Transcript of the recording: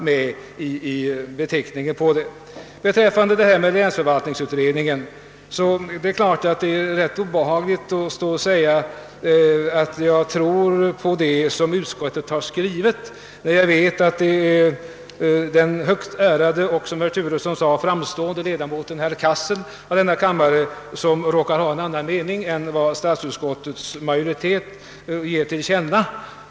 Vad beträffar länsförvaltningsutredningens arbete är det naturligtvis litet obehagligt att behöva säga att jag tror på det som utskottet skrivit, när jag vet att den högt ärade och — som herr Turesson sade — framstående ledamoten av denna kammare herr Cassel råkar ha en annan mening än den statsutskottets majoritet givit till känna.